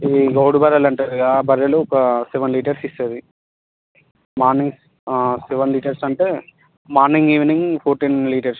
గౌడు బర్రెలు అంటారు కదా ఆ బర్రెలు ఒక సెవెన్ లీటర్స్ ఇస్తుంది మార్నింగ్ సెవెన్ లీటర్స్ అంటే మార్నింగ్ ఈవెనింగ్ ఫోర్టీన్ లీటర్స్